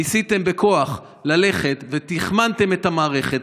ניסיתם בכוח ללכת ותחמנתם את המערכת,